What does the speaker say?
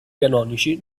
canonici